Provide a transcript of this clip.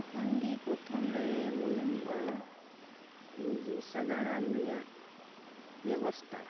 ᱛᱚᱠᱷᱚᱱ ᱜᱮ ᱯᱨᱚᱛᱷᱚᱢ ᱨᱮ ᱢᱚᱱᱮ ᱦᱳᱭᱳᱜᱼᱟ ᱡᱮ ᱥᱟᱜᱟᱲᱚᱢ ᱨᱮᱭᱟᱜ ᱵᱮᱵᱚᱥᱛᱷᱟ